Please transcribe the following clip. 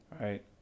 Right